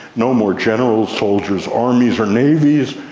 no more generals, soldiers, armies or navies,